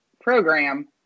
program